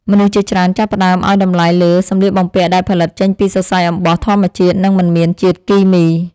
មនុស្សជាច្រើនចាប់ផ្តើមឱ្យតម្លៃលើសម្លៀកបំពាក់ដែលផលិតចេញពីសរសៃអំបោះធម្មជាតិនិងមិនមានជាតិគីមី។